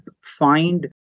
find